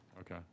Okay